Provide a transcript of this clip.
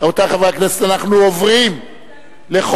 לדיון מוקדם בוועדת החוקה,